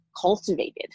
cultivated